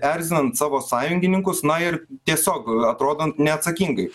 erzinant savo sąjungininkus na ir tiesiog atrodant neatsakingai